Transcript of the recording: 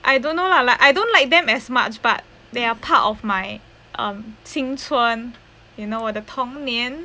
I don't know lah like I don't like them as much but they are part of my um 青春 you know 我的童年